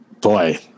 boy